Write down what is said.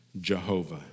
Jehovah